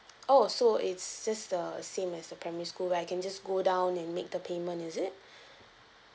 oh so it's just the same as the primary school where I can just go down and make the payment is it